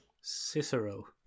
Cicero